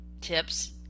tips